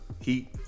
Heat